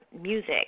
music